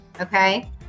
Okay